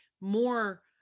more